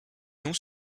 non